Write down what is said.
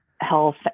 health